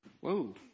whoa